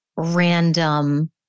random